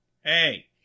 hey